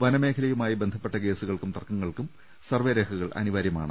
വനമേഖലുമായി ബന്ധപ്പെട്ട കേസുകൾക്കും തർക്കങ്ങൾക്കും സർവ്വേ രേഖകൾ അനിവാര്യമാണ്